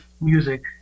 music